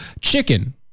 Chicken